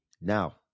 Now